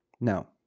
No